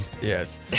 Yes